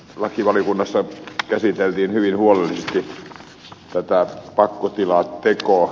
lakivaliokunnassa käsiteltiin hyvin huolellisesti tätä pakkotilatekoa